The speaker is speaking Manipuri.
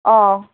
ꯑꯥꯎ